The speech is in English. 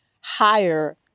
higher